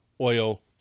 Oil